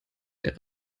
der